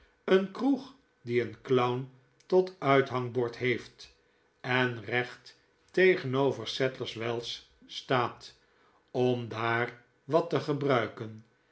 eene kroeg die een clown tot uithangbord heeft en recht tegenover sadlers wells staat om daar wat te gebruiken